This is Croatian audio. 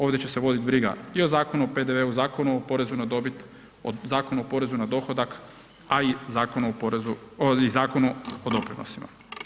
Ovdje će se voditi briga i o Zakonu o PDV-u, Zakonu u o porezu na dobit, Zakonu o poreznu na dohodak, a i Zakonu o doprinosima.